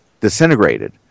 disintegrated